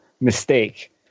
Mistake